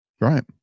Right